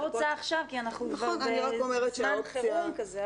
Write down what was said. אני לא רוצה עכשיו כי אנחנו עכשיו בזמן חירום כזה,